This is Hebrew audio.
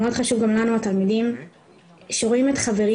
הוא מאוד חשוב גם לנו התלמידים שרואים את חברים